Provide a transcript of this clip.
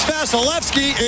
Vasilevsky